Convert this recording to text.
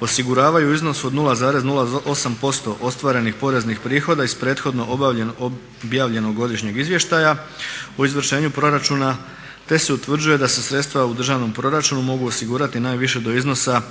osigurava u iznosu od 0,08% ostvarenih poreznih prihoda iz prethodno objavljenog Godišnjeg izvještaja o izvršenju proračuna te se utvrđuje da se sredstva u državnom proračunu mogu osigurati najviše do iznosa